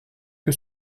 que